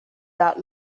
that